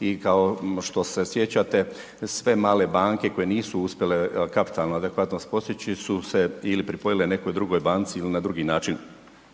I kao što se sjećate sve male banke koje nisu uspjele kapitalno adekvatnost postići su se ili pripojile nekoj drugoj banci ili na drugi način,